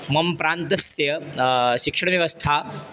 मम प्रान्तस्य शिक्षणव्यवस्था